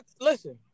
Listen